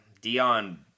Dion